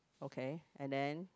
okay and then